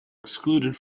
excluded